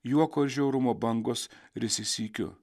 juoko ir žiaurumo bangos risis sykiu